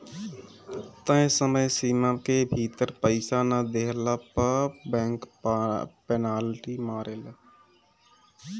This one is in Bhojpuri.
तय समय सीमा के भीतर पईसा ना देहला पअ बैंक पेनाल्टी मारेले